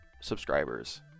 subscribers